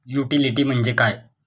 Utility म्हणजे काय?